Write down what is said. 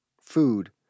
food